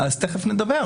תכף נדבר.